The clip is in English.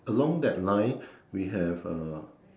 along that line we have uh